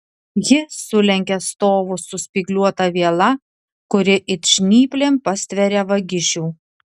ji sulenkia stovus su spygliuota viela kuri it žnyplėm pastveria vagišių